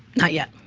not yet.